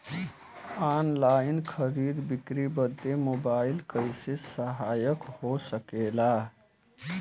Online खरीद बिक्री बदे मोबाइल कइसे सहायक हो सकेला?